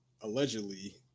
allegedly